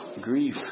grief